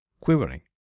quivering